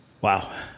Wow